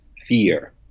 fear